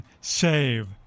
save